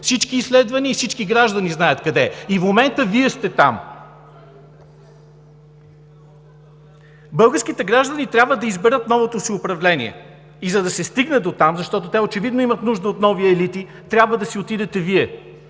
Всички изследвания и всички граждани знаят къде е. В момента Вие сте там! Българските граждани трябва да изберат новото си управление. За да се стигне до там, защото те очевидно имат нужда от нови елити, трябва да си отидете Вие!